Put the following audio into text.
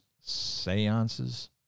seances